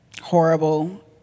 horrible